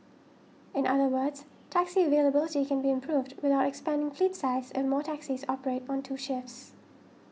in other words taxi availability can be improved without expanding fleet size if more taxis operate on two shifts